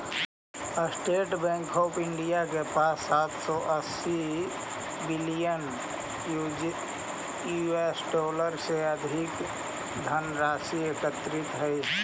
state Bank of India के पास सात सौ अस्सी बिलियन यूएस डॉलर से अधिक के धनराशि एकत्रित हइ